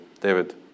David